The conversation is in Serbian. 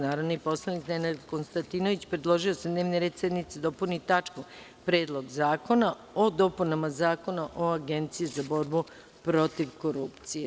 Narodni poslanik Nenad Konstantinović predložio je da se dnevni red sednice dopuni tačkom – Predlog zakona o dopunama Zakona o Agenciji za borbu protiv korupcije.